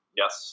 yes